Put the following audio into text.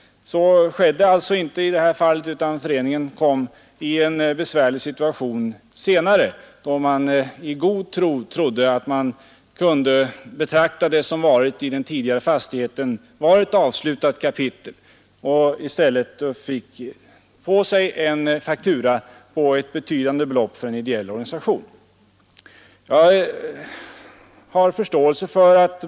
Så skedde alltså inte i detta fall, och föreningen råkade i en besvärlig situation senare, då man i god tro ansåg att man kunde betrakta det som gällde den tidigare fastigheten som ett avslutat kapitel. I stället fick man en faktura på ett för en ideell organisation betydande belopp.